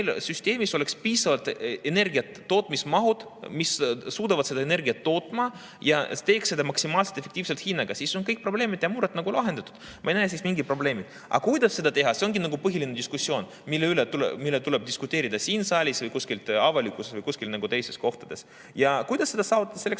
süsteemis oleks piisavalt energiat, oleks tootmismahud, mis suudavad seda energiat toota ja teeks seda maksimaalselt efektiivselt, hea hinnaga. Siis on kõik probleemid ja mured lahendatud. Ma ei näe siis mingit probleemi. Aga kuidas seda teha, see ongi põhiline teema, mille üle tuleks diskuteerida siin saalis või kuskil avalikkuses, kuskil teistes kohtades. Kuidas seda saavutada, selleks